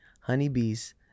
honeybees